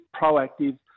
proactive